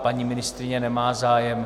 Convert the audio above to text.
Paní ministryně nemá zájem.